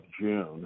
June